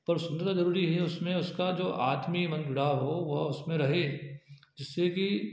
पर सुन्दरता जरूरी है उसमें उसका जो आत्मीय मन जुड़ा हो वह उसमें रहे जिससे कि